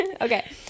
okay